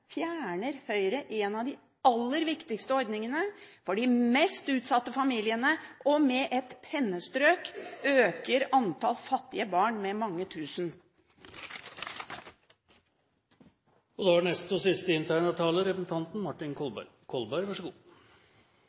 fjerner Høyre en av de aller viktigste ordningene for de mest utsatte familiene, og med et pennestrøk øker antall fattige barn med mange tusen. Representanten Solvik-Olsen sa at jeg nok kunne lese og